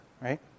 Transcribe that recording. right